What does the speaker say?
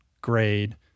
grade